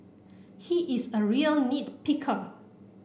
he is a real nit picker